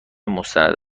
مستند